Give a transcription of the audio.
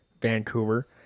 Vancouver